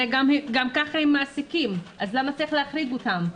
הרי גם ככה הם מעסיקים, אז למה צריך להחריג אותם?